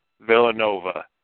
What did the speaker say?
Villanova